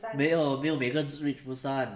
没有没有每个人 reach busan